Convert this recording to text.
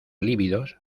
lívidos